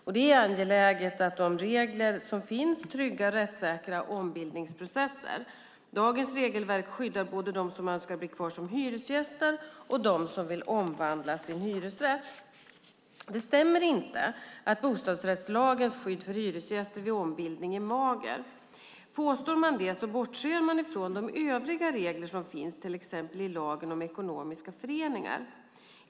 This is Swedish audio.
Det är angeläget att de regler som finns tryggar rättssäkra ombildningsprocesser. Dagens regelverk skyddar både de som önskar bli kvar som hyresgäster och de som vill omvandla sin hyresrätt. Det stämmer inte att bostadsrättslagens skydd för hyresgäster vid ombildning är magert. Påstår man det bortser man från de övriga regler som finns, till exempel i lagen om ekonomiska föreningar.